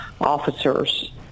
officers –